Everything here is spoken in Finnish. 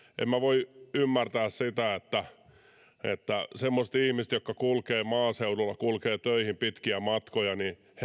en minä voi ymmärtää sitä että semmoisille ihmisille jotka kulkevat maaseudulla töihin pitkiä matkoja